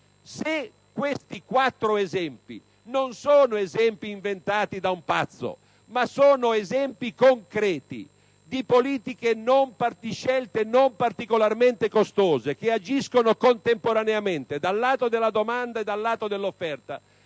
Se questi quattro esempi non sono inventati da un pazzo, ma sono esempi concreti di scelte politiche non particolarmente costose, che agiscono contemporaneamente dal lato della domanda e dell'offerta,